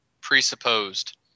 Presupposed